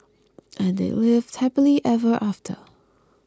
and they lived happily ever after